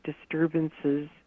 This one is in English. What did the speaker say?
disturbances